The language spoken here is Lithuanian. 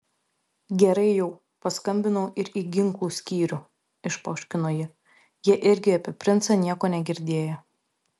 gerai jau paskambinau ir į ginklų skyrių išpoškino ji jie irgi apie princą nieko negirdėję